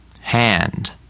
hand